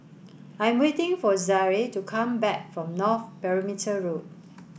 I am waiting for Zaire to come back from North Perimeter Road